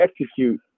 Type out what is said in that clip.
execute